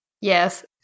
Yes